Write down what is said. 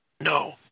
No